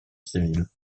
civile